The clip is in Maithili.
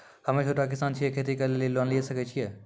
हम्मे छोटा किसान छियै, खेती करे लेली लोन लिये सकय छियै?